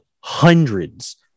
hundreds